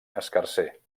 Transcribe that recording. escarser